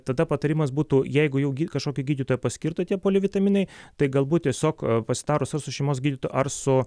tada patarimas būtų jeigu jau gy kažkokio gydytojo paskirta tie polivitaminai tai galbūt tiesiog pasitarus su šeimos gydytoju ar su